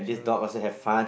so